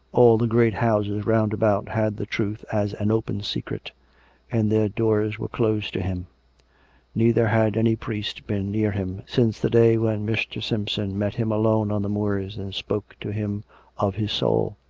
all the great houses round about had the truth as an open secret and their doors were closed to him neither had any priest been near him, since the day when mr. simpson met him alone on the moors and spoke to him of his soul.